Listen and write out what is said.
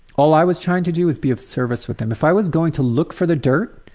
all i was trying to do was be of service with them. if i was going to look for the dirt,